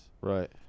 right